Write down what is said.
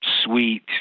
sweet